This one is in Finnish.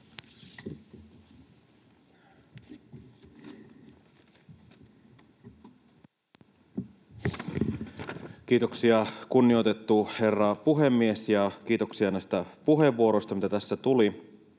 Kiitoksia, kunnioitettu herra puhemies! Kiitoksia näistä puheenvuoroista, mitä tässä tuli.